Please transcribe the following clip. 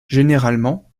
généralement